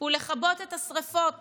ולכבות את השרפות